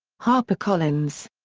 harpercollins.